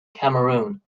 cameroon